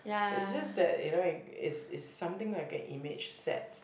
it's just that you know it is is something like a image set